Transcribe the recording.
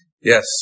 Yes